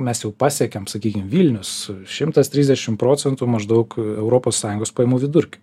mes jau pasiekėm sakykim vilnius šimtas trisdešim procentų maždaug europos sąjungos pajamų vidurkį